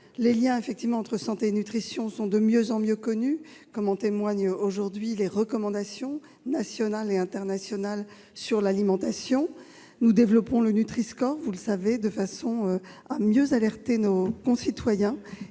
Les liens entre santé et nutrition sont de mieux en mieux connus, comme en témoignent aujourd'hui les recommandations nationales et internationales sur l'alimentation. Comme vous le savez, nous développons le Nutri-score, de façon à mieux alerter nos concitoyens